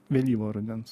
vėlyvo rudens